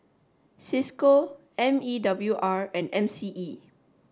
Cisco M E W R and M C E